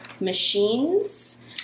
machines